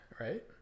right